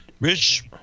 Rich